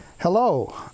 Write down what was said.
Hello